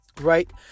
right